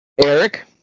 Eric